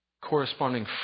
corresponding